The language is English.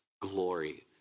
glory